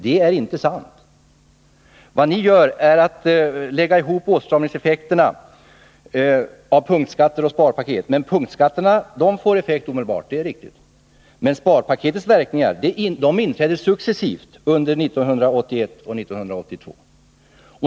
Det är inte sant! Vad ni gör är att ni lägger ihop åtstramningseffekterna av punktskatter och sparpaket. Punktskatterna får effekt omedelbart — det är riktigt — men sparpaketets Nr 54 verkningar inträder successivt under 1981 och 1982.